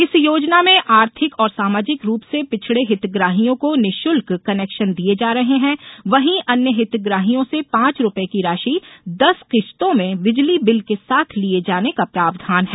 इस योजना में आर्थिक और सामाजिक रूप से पिछडे हितग्राहियों को निशुल्क कनेक्शन दिये जा रहे हैं वहीं अन्य हितग्राहियों से पांच रूपये की राशि दस किश्तों में बिजली बिल के साथ लिये जाने का प्रावधान है